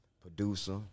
producer